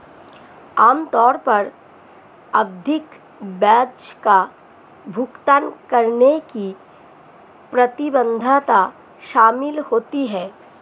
आम तौर पर आवधिक ब्याज का भुगतान करने की प्रतिबद्धता शामिल होती है